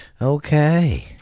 okay